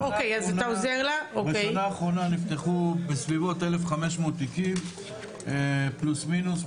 בשנה האחרונה נפתחו בסביבות 1,500 תיקים פלוס מינוס,